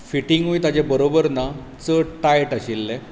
फिटिंगूय ताजें बरोबर ना चड टायट आशिल्ले